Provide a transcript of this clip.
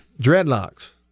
dreadlocks